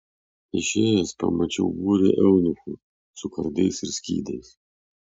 išėjęs pamačiau būrį eunuchų su kardais ir skydais